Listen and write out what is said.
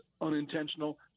unintentional